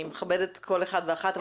אני מכבדת כל אחד ואחת,